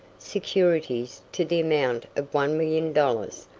securities to the amount of one million dollars,